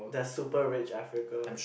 there's super rich Africa